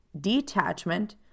Detachment